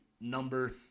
number